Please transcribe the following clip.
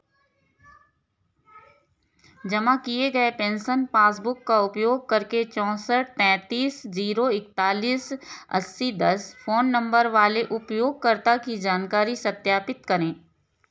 जमा किए गए पेंसन पासबुक का उपयोग करके चौंसठ पैंतीस ज़ीरो इकतालीस अस्सी दस फ़ोन नंबर वाले उपयोगकर्ता की जानकारी सत्यापित करें